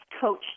coach